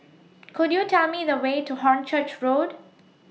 Could YOU Tell Me The Way to Hornchurch Road